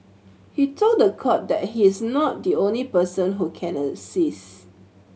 he told the court that he is not the only person who can assist